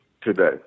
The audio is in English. today